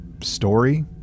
story